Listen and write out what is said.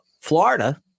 Florida